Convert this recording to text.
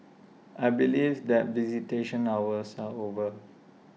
I believe that visitation hours are over